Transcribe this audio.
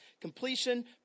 completion